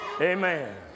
Amen